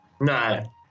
No